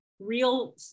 real